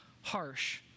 harsh